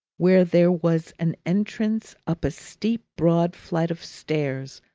where there was an entrance up a steep, broad flight of stairs,